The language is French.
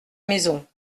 maison